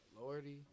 Lordy